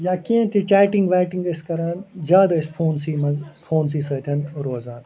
یا کیٚنٛہہ تہِ چٮ۪ٹنٛگ وٮ۪ٹنٛگ ٲسۍ کَران زیادٕ ٲسۍ فونسٕے منٛز فونسٕے سۭتۍ روزان